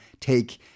take